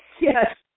Yes